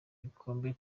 gikombe